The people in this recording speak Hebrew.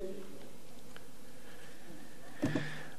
אבל,